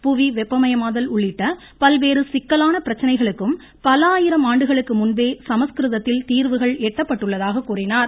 புவி வெப்பமயமாதல் உள்ளிட்ட பல்வேறு சிக்கலான பிரச்சனைகளுக்கும் பல ஆயிரம் ஆண்டுகளுக்கு முன்பே சமஸ்கிருதத்தில் தீாவுகள் எட்டப்பட்டுள்ளதாக கூறினார்